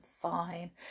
fine